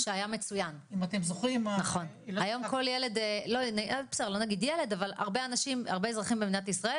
אם אתם זוכרים --- היום הרבה אנשים הרבה אזרחים במדינת ישראל